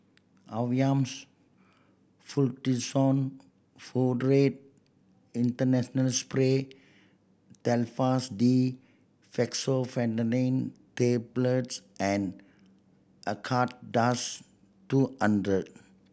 Avamys Fluticasone Furoate International Spray Telfast D Fexofenadine Tablets and Acardust two hundred